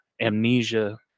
amnesia